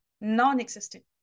non-existent